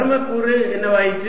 பருமக்கூறு என்னவாயிற்று